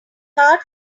hard